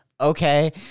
okay